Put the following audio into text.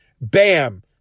bam